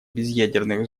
безъядерных